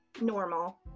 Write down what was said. normal